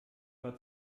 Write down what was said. war